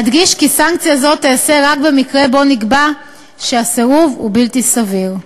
אדגיש כי סנקציה זו תיעשה רק במקרה שבו נקבע שהסירוב הוא בלתי סביר.